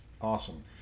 Awesome